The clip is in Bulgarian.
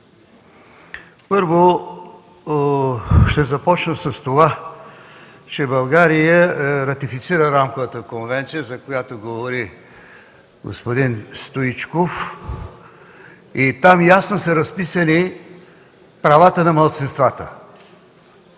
Първо ще започна с това, че България ратифицира Рамковата конвенция, за която говори господин Стоичков, където ясно са разписани правата на малцинствата.